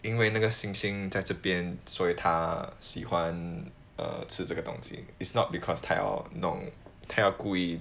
因为那个星星在这边所以他喜欢 err 吃这个东西 is not because 他要弄他要故意